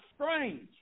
strange